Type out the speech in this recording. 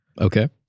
Okay